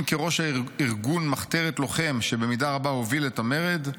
אם כראש ארגון מחתרת לוחם שבמידה רבה הוביל את המרד,